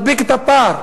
מדביק את הפער.